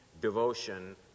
devotion